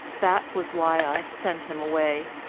that was why i sent him away.